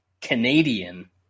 Canadian